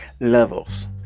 levels